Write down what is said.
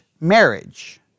marriage